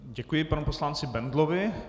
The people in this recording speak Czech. Děkuji panu poslanci Bendlovi.